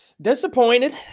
Disappointed